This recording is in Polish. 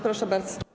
Proszę bardzo.